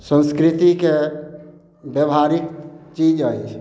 संस्कृतिके व्यवहारिक चीज अछि